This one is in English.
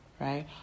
right